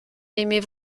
aimez